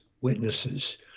witnesses